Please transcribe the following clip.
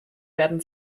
werden